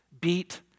beat